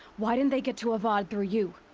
why didn't they get to avad through you?